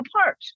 apart